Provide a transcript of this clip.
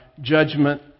judgment